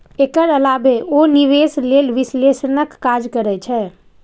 एकर अलावे ओ निवेश लेल विश्लेषणक काज करै छै